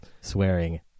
swearing